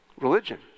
Religion